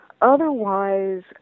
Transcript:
Otherwise